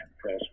Press